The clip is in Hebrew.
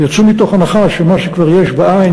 ויצאו מתוך הנחה שמה שכבר יש בעין,